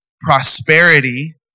prosperity